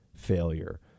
Failure